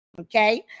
Okay